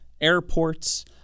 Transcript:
airports